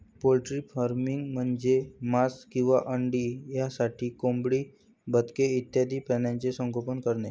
poultry farming म्हणजे मांस किंवा अंडी यासाठी कोंबडी, बदके इत्यादी प्राण्यांचे संगोपन करणे